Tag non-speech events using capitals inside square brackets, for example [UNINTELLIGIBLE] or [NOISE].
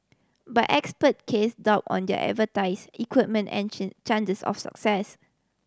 but expert cast doubt on their expertise equipment and [UNINTELLIGIBLE] chances of success